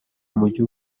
umujyi